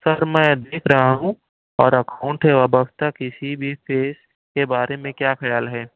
سر میں دیکھ رہا ہوں اور اکاؤنٹ کے بارے میں کیا خیال ہے